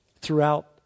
throughout